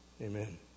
Amen